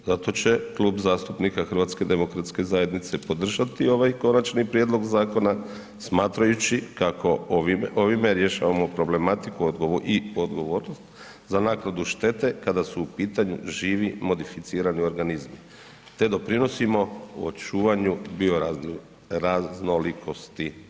Zato će Klub zastupnika HDZ-a podržati ovaj konačni prijedlog zakona smatrajući kako ovime rješavamo problematiku i odgovornost za naknadu štete, kada su u pitanju živi modificirani organizmi te doprinosimo očuvanju bioraznoliikosti.